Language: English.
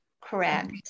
Correct